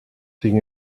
sin